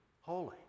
holy